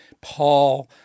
Paul